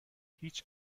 هیچ